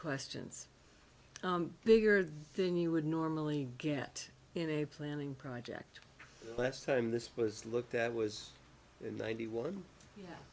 questions bigger than you would normally get in a planning project last time this was looked at was in ninety one ye